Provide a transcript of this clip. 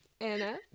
Anna